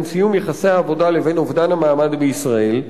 סיום יחסי העבודה לבין אובדן המעמד בישראל,